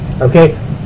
Okay